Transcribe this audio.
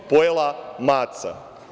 Pojela maca.